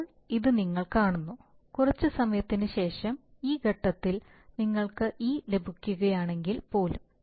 ഇപ്പോൾ ഇത് നിങ്ങൾ കാണുന്നു കുറച്ച് സമയത്തിന് ശേഷം ഈ ഘട്ടത്തിൽ നിങ്ങൾക്ക് e ലഭിക്കുകയാണെങ്കിൽ പോലും